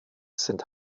sind